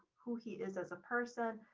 who he is as a person,